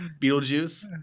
Beetlejuice